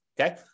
okay